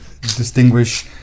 distinguish